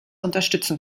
unterstützen